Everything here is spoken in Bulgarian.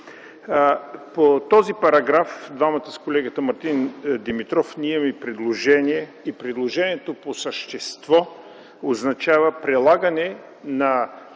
По този параграф двамата с колегата Мартин Димитров имаме предложение. Предложението по същество означава прилагане на